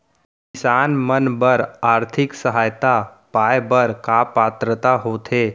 किसान मन बर आर्थिक सहायता पाय बर का पात्रता होथे?